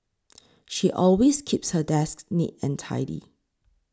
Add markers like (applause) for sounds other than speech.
(noise) she always keeps her desk neat and tidy